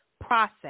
process